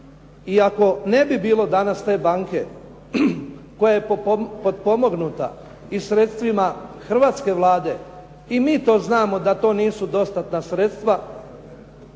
I ako ne bi bilo danas te banke koja je potpomognuta i sredstvima hrvatske Vlade i mi to znamo da to nisu dostatna sredstva,